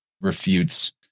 refutes